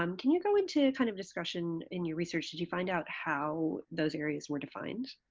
um can you go into kind of discussion in your research? did you find out how those areas were defined?